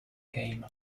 game